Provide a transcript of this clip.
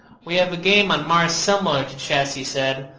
we have a game on mars similar to chess, he said,